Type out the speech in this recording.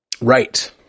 Right